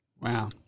Wow